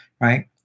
Right